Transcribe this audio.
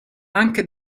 anche